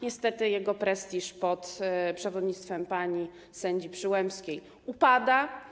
Niestety jego prestiż pod przewodnictwem pani sędzi Przyłębskiej upada.